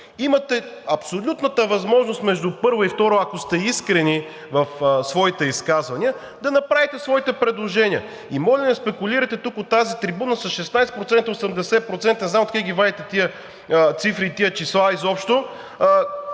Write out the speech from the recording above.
Имате абсолютната възможност между първо и второ, ако сте искрени в своите изказвания, да направите своите предложения. Моля Ви, не спекулирайте тук, от тази трибуна, с 16%, 80%, не знам откъде ги вадите тези цифри и тези числа изобщо.